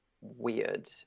weird